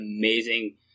amazing